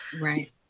Right